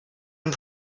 and